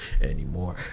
anymore